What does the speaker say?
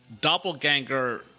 doppelganger